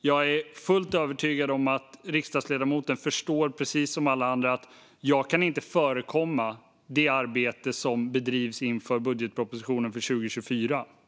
Jag är fullt övertygad om att riksdagsledamoten förstår, precis som alla andra, att jag inte kan förekomma det arbete som bedrivs inför budgetpropositionen för 2024.